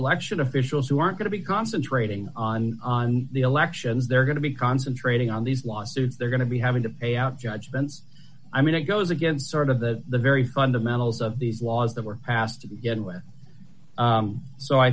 election officials who are going to be concentrating on on the elections they're going to be concentrating on these lawsuits they're going to be having to pay out judgments i mean it goes against sort of the the very fundamentals of these laws that were passed